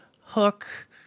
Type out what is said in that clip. hook